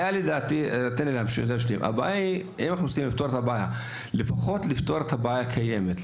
צריך לפתור לפחות את הבעיה הקיימת.